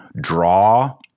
draw